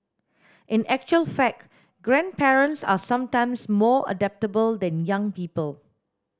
in actual fact grandparents are sometimes more adaptable than young people